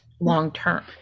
long-term